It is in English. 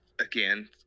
again